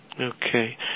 Okay